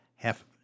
Half